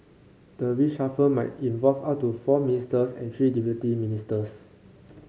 the reshuffle might involve up to four ministers and three deputy ministers